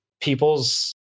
people's